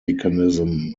mechanism